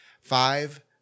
five